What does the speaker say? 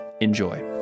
Enjoy